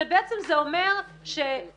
ובעצם זה אומר שטענה